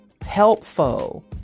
helpful